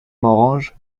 morange